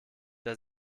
der